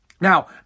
Now